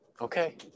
Okay